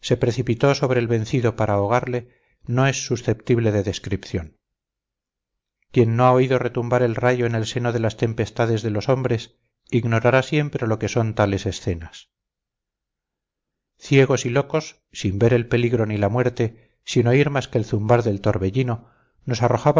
se precipitó sobre el vencido para ahogarle no es susceptible de descripción quien no ha oído retumbar el rayo en el seno de las tempestades de los hombres ignorará siempre lo que son tales escenas ciegos y locos sin ver el peligro ni la muerte sin oír más que el zumbar del torbellino nos